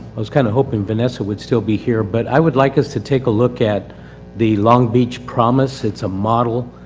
i was kinda hoping vanessa would still be here but i would like us to take a look at the long beach promise. it's a model.